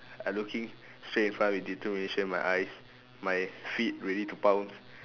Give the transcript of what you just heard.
I looking straight in front with determination in my eyes my feet ready to pounce